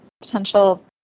potential